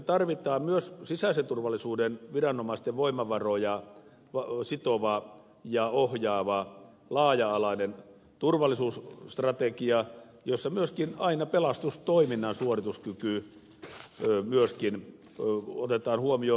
tarvitaan myös sisäisen turvallisuuden viranomaisten voimavaroja sitova ja ohjaava laaja alainen turvallisuusstrategia jossa myöskin pelastustoiminnan suorituskyky otetaan huomioon